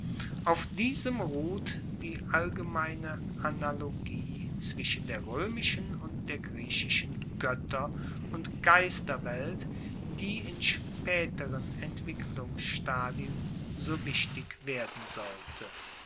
auf diesem ruht die allgemeine analogie zwischen der roemischen und der griechischen goetter und geisterwelt die in spaeteren entwicklungsstadien so wichtig werden sollte